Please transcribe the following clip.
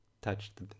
touched